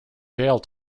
jail